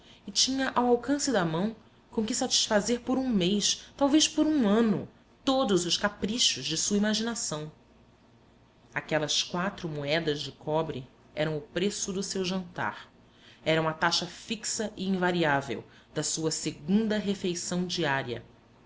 e tinha ao alcance da mão com que satisfazer por um mês talvez por um ano todos os caprichos de sua imaginação aquelas quatro moedas de cobre eram o preço do seu jantar eram a taxa fixa e invariável da sua segunda refeição diária